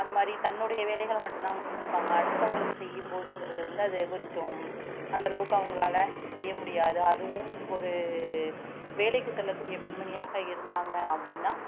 அந்த மாதிரி தன்னுடைய வேலைகளை மட்டும்தான் அவங்க செஞ்சுப்பாங்க அடுத்தவர்களுக்கு செய்யும் போதுங்கிறது வந்து அது கொஞ்சம் அந்தளவுக்கு அவங்களால செய்ய முடியாது அதுவும் ஒரு வேலைக்கு செல்லக்கூடிய பெண்மணியாக இருந்தாங்க அப்படின்னா